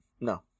No